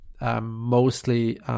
mostly